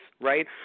right